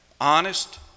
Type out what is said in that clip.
honest